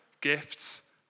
gifts